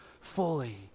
fully